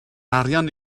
arian